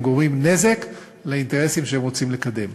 הם גורמים נזק לאינטרסים שהם רוצים לקדם.